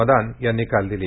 मदान यांनी काल दिली